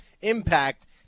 impact